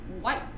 white